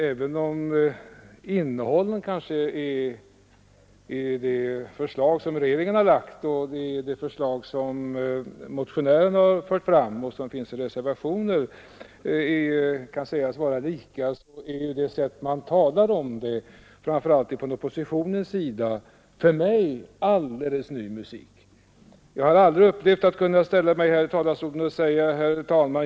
Även om innehållet i de förslag som regeringen har lagt fram och de förslag som motionärerna och reservanterna har fört fram kanske kan sägas vara sig lika, är det sätt på vilket man talar om dem, framför allt från oppositionens sida, för mig alldeles ny musik. Jag har aldrig upplevt att kunna ställa mig här i talarstolen och säga: ”Herr talman!